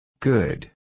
Good